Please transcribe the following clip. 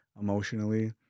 emotionally